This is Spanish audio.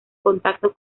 contacto